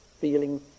feeling